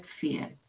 fear